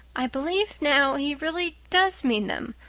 i believe now he really does mean them,